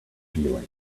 feeling